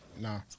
Nah